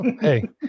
Hey